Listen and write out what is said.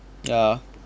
ya